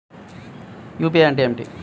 UPI అంటే ఏమిటీ?